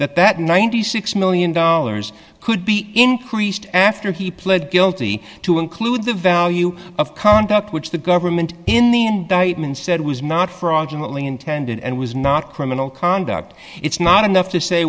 that that ninety six million dollars could be increased after he pled guilty to include the value of conduct which the government in the indictment said was not fraudulent ling intended and was not criminal conduct it's not enough to say